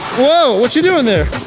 whoa, what you doing there?